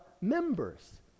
members